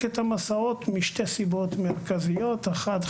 את המסעות משתי סיבות מרכזיות: האחת,